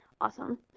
awesome